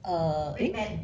err eh